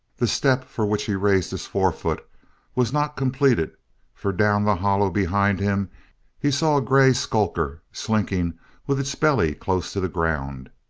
the step for which he raised his forefoot was not completed for down the hollow behind him he saw a grey skulker slinking with its belly close to the ground.